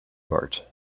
bart